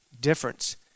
difference